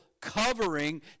covering